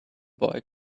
boy